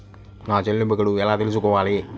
నా చెల్లింపు గడువు ఎలా తెలుసుకోవాలి?